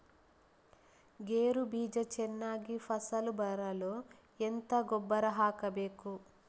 ಗೇರು ಬೀಜ ಚೆನ್ನಾಗಿ ಫಸಲು ಬರಲು ಎಂತ ಗೊಬ್ಬರ ಹಾಕಬೇಕು?